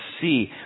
see